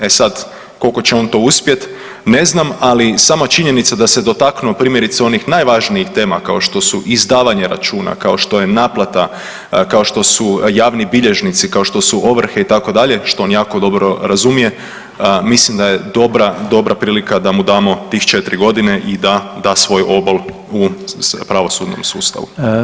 E sad koliko će to on uspjet, ne znam, ali sama činjenica da se dotaknuo primjerice onih najvažnijih tema kao što su izdavanje računa, kao što je naplata, kao što su javni bilježnici, kao što su ovrhe itd., što on jako dobro razumije, mislim da je dobra prilika da mu damo tih četiri godine i da da svoj obol u pravosudnom sustavu.